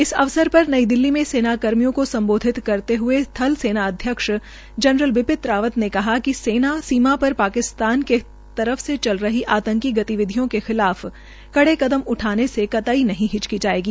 इस अवसरपर नई दिल्ली में सेना कर्मियों का सम्बाधित करते थलाध्यक्ष जनरल बिपिन रावत ने कहा कि सेना सीमा पार पाकिस्तान की तर फ से चल रही आंतकी गतिविधियों के खिलाफ कड़े कदम उठाने से कतई नहीं हिचकिचाएगी